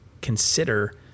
consider